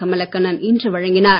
கமலகண்ணன் இன்று வழங்கினார்